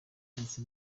ndetse